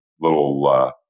little